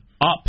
Up